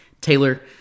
Taylor